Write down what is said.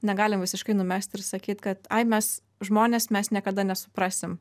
negalim visiškai numest ir sakyt kad ai mes žmonės mes niekada nesuprasim